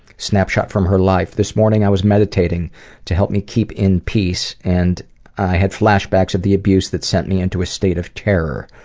snapshot from her life lu this morning i was meditating to help me keep in peace, and i had flashbacks of the abuse that sent me into a state of terror.